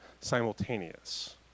simultaneous